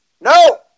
No